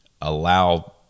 allow